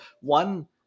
one